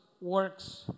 works